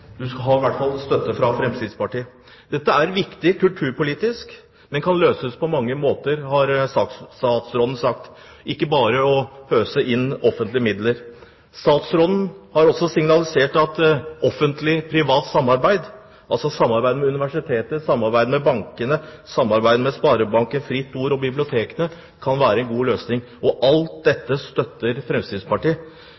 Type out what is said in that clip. i hvert fall støtte fra Fremskrittspartiet. Dette er en viktig kulturpolitisk sak som kan løses på mange måter, har statsråden sagt, ikke bare ved å pøse inn offentlige midler. Statsråden har også signalisert at Offentlig Privat Samarbeid, altså samarbeid med universitetene, samarbeid med bankene, samarbeid med Sparebankstiftelsen, Stiftelsen Fritt Ord og bibliotekene, kan være en god løsning. Alt